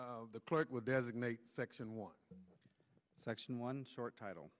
the clerk will designate section one section one short title